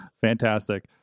Fantastic